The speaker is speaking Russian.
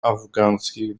афганских